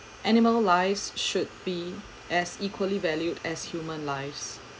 animal lives should be as equally valued as human lives